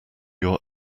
your